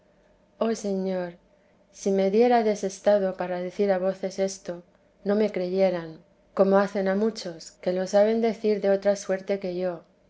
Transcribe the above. oh señor si me diérades estado para decir a voces esto no me creyeran como hacen a muchos que lo saben decir de otra suerte que yo